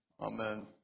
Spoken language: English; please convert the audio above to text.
Amen